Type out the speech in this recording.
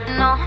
no